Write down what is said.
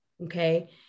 Okay